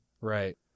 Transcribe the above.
Right